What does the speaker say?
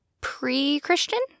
pre-Christian